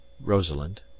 Rosalind